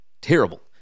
Terrible